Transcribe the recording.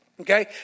Okay